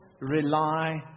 rely